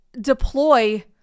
deploy